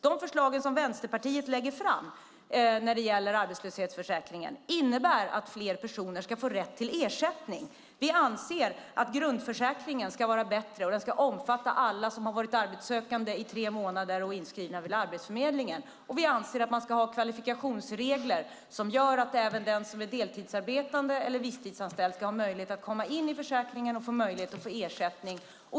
De förslag som Vänsterpartiet lägger fram när det gäller arbetslöshetsförsäkringen innebär att fler personer ska få rätt till ersättning. Vi anser att grundförsäkringen ska vara bättre. Den ska omfatta alla som har varit arbetssökande i tre månader och är inskrivna vid Arbetsförmedlingen. Vi anser att man ska ha kvalifikationsregler som gör att även den som är deltidsarbetande eller visstidsanställd ska ha möjlighet att komma in i försäkringen och få möjlighet till ersättning.